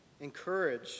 encourage